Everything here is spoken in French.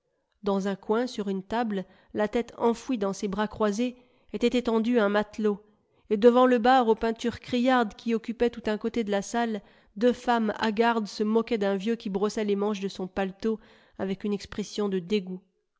dans un coin sur une table la tête enfouie dans ses bras croisés était étendu un matelot et devant le bar aux peintures criardes qui occupait tout un côté de la salle deux femmes hagardes se moquaient d'un vieux qui brossait les manches de son paletot avec une expression de dégoût